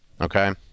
Okay